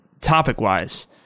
topic-wise